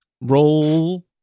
Roll